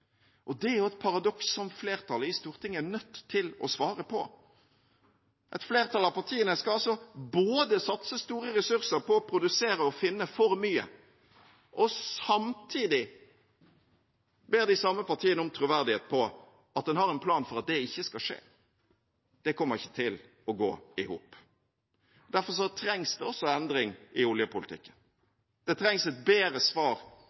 nødt til å svare på. Et flertall av partiene skal altså både satse store ressurser på å produsere og finne for mye, og samtidig ber de samme partiene om troverdighet på at de har en plan for at det ikke skal skje. Det kommer ikke til å gå i hop. Derfor trengs det også en endring i oljepolitikken. Det trengs et bedre svar